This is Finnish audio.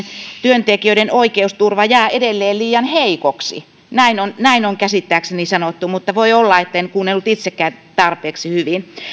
työntekijöiden oikeusturva jää edelleen liian heikoksi näin on näin on käsittääkseni sanottu mutta voi olla etten kuunnellut itsekään tarpeeksi hyvin